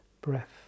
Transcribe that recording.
breath